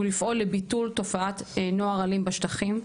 ולפעול לביטול תופעת נוער אלים בשטחים,